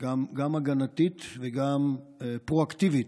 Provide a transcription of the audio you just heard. גם הגנתית וגם פרואקטיבית,